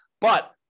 But-